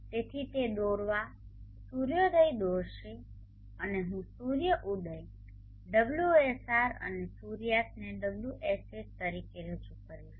તેથી તે દોરવા સૂર્યોદય દોરશે અને હું સૂર્ય ઉદય ωSR અને સૂર્યાસ્તને ωSS તરીકે રજૂ કરીશ